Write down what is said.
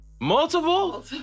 Multiple